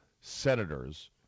senators